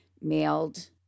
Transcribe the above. mailed